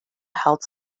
health